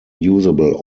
usable